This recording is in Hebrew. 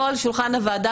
פה על שולחן הוועדה,